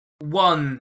one